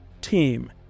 team